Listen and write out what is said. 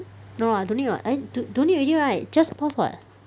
no lah don't need [what] eh do~ don't need already right just pause [what]